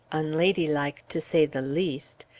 unladylike, to say the least.